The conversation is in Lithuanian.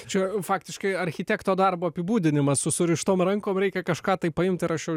čia faktiškai architekto darbo apibūdinimas su surištom rankom reikia kažką tai paimt ir aš jau